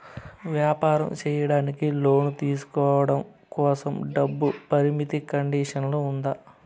వ్యాపారం సేయడానికి లోను తీసుకోవడం కోసం, డబ్బు పరిమితి కండిషన్లు ఉందా?